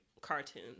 Cartoon